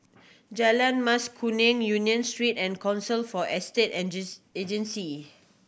Jalan Mas Kuning Union Street and Council for Estate Agencies